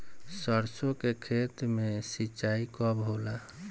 सरसों के खेत मे सिंचाई कब होला?